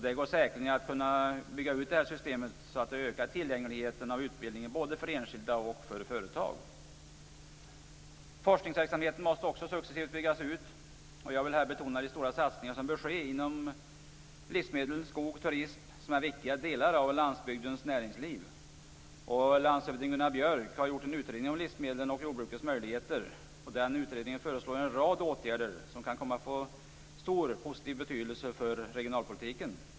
Det går säkerligen att bygga ut systemet så att tillgängligheten för utbildningen ökar både för enskilda och företag. Forskningsverksamheten måste också successivt byggas ut. Jag vill här betona de stora satsningar som bör ske inom livsmedel, skog och turism, som är viktiga delar av landsbygdens näringsliv. Landshövding Gunnar Björk har gjort en utredning om livsmedel och jordbrukets möjligheter. Denna utredning förslår en rad åtgärder som kan komma att få stor positiv betydelse för regionalpolitiken.